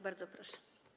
Bardzo proszę.